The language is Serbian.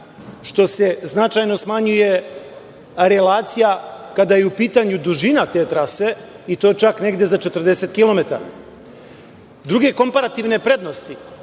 što se značajno smanjuje relacija kada je u pitanju dužina te trase i to je čak negde za 40 kilometara. Druge komparativne prednosti